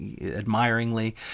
admiringly